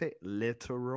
literal